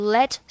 Let